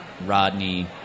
Rodney